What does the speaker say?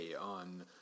on